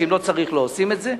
שאם לא צריך לא עושים את זה,